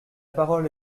parole